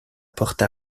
porte